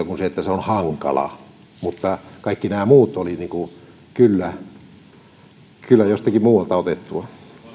kuin sen että se on hankala mutta kaikki nämä muut olivat kyllä kyllä jostakin muualta otettuja